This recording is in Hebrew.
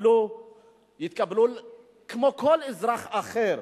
יתקבלו כמו כל אזרח אחר,